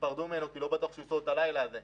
תיפרדו ממנו כי לא בטוח שהוא ישרוד את הלילה הזה.